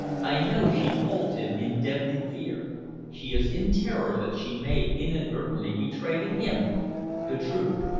i know she holds him in deadly fear she is in terror that she may inadvertently betray to him the truth!